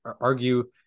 argue